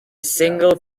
single